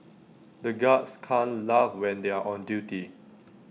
the guards can laugh when they are on duty